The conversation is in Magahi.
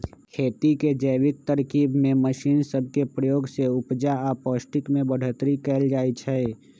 खेती के जैविक तरकिब में मशीन सब के प्रयोग से उपजा आऽ पौष्टिक में बढ़ोतरी कएल जाइ छइ